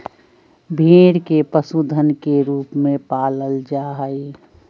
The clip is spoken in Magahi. भेड़ के पशुधन के रूप में पालल जा हई